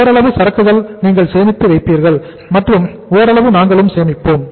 ஓரளவு சரக்குகள் நீங்கள் சேமித்து வைப்பீர்கள் மற்றும் ஓரளவு நாங்களும் சேமிப்போம்